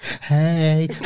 Hey